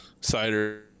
cider